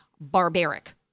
barbaric